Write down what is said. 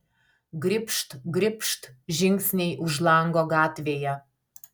gribšt gribšt žingsniai už lango gatvėje